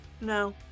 No